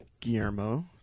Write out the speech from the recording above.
Guillermo